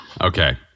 Okay